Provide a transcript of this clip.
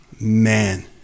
man